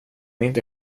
inte